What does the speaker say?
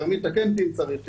כרמית תתקן אותי אם צריך,